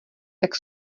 tak